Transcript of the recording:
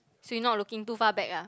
so you're not looking too far back ah